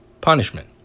punishment